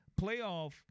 playoff